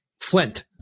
flint